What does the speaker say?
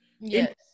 yes